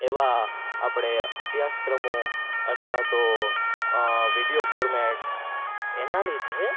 એવા આપણે અભ્યાસક્રમો અથવા તો વિડીયો ફોર્મેટસ એના લીધે